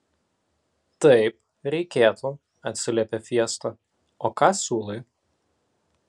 taip reikėtų atsiliepė fiesta o ką siūlai